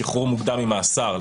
שחרור מוקדם ממאסר,